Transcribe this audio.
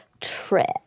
trip